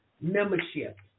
membership